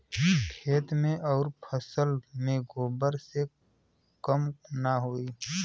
खेत मे अउर फसल मे गोबर से कम ना होई?